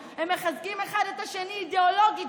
הם מחזקים אחד את השני אידיאולוגית,